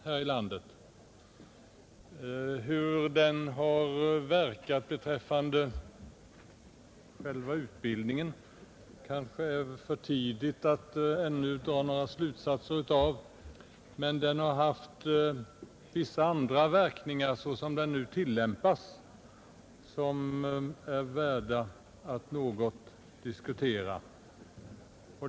Hur den har verkat beträffande själva utbildningen kanske är för tidigt att ännu dra några slutsatser av, men den har haft vissa andra verkningar såsom den nu tillämpas, som är värda att något diskutera.